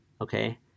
okay